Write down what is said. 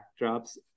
backdrops